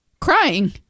crying